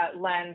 lens